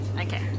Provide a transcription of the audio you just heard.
Okay